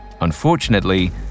Unfortunately